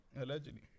allegedly